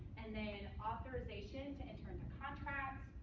and then authorization to enter into contracts,